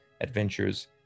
adventures